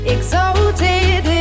Exalted